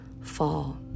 fall